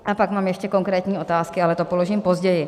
A pak mám ještě konkrétní otázky, ale to položím později.